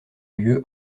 lieu